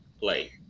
play